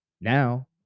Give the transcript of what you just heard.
Now